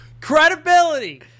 Credibility